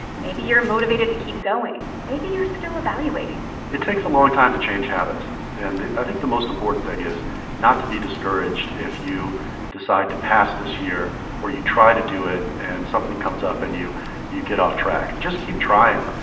maybe you're motivated to keep going. maybe you're still evaluating it takes a long time to change habits, and i think the most important thing is not to be discouraged if you decide to pass this year or you try to do it and something comes up and you you get off-track. just keep trying,